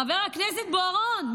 חבר הכנסת בוארון,